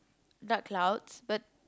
dark clouds but